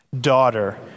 Daughter